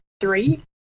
three